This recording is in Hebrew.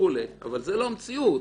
אבל זאת לא המציאות.